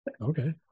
okay